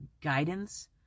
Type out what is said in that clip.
guidance